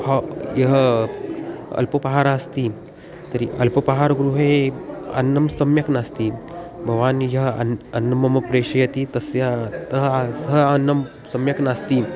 ह यः अल्पोपहारः अस्ति तर्हि अल्पहारगृहे अन्नं सम्यक् नास्ति भवान् यः अन्नं अन्नं मां प्रेषयति तस्य तत् सः अन्नं सम्यक् नास्ति